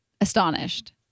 astonished